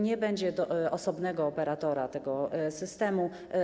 Nie będzie osobnego operatora tego systemu.